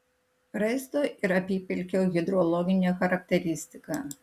raisto ir apypelkio hidrologinė charakteristika